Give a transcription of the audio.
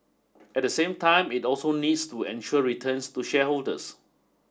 at the same time it also needs to ensure returns to shareholders